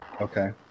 Okay